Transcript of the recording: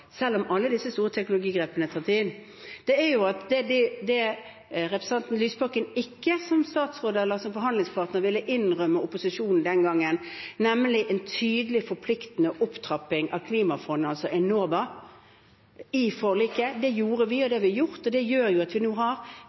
det representanten Lysbakken som statsråd eller forhandlingspartner ikke ville innrømme opposisjonen den gangen, nemlig en tydelig forpliktende opptrapping av klimafondet, Enova, i forliket. Men det gjorde vi. Det har vi gjort, og gjør at vi nå har